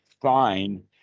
fine